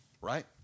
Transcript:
right